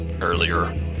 earlier